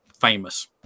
famous